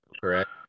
correct